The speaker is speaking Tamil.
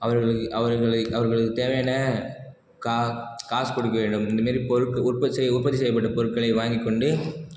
அவர்கள் அவர்களை அவர்களுக்கு தேவையான கா காசு குடுக்க வேண்டும் இந்தமாதிரி பொருட்கள் உற்பத்தி செய்யப்பட்ட பொருட்களை வாங்கிக்கொண்டு